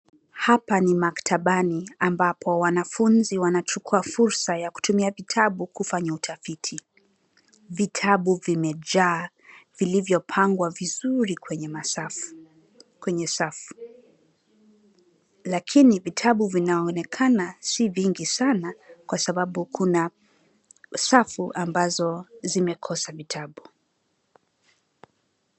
Hapa ni maktabani ambapo wanafunzi wanachukua fursa ya kutumia vitabu kufanya utafiti. Vitabu vimejaa vilivyopangwa vizuri kwenye safu. Lakini vitabu vinaonekana si vingi sana kwa sababu kuna safu ambazo zimekosa vitabu.